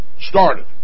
started